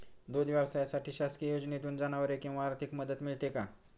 दूध व्यवसायासाठी शासकीय योजनेतून जनावरे किंवा आर्थिक मदत मिळते का?